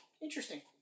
interesting